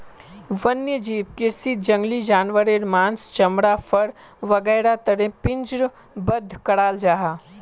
वन्यजीव कृषीत जंगली जानवारेर माँस, चमड़ा, फर वागैरहर तने पिंजरबद्ध कराल जाहा